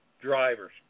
drivers